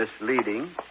misleading